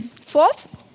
Fourth